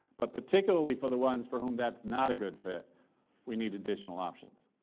but particularly for the ones for whom that's not a good fit we need additional options.